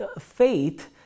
faith